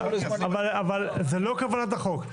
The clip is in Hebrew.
אבל זה לא כוונת החוק.